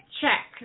check